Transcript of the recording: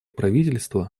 правительства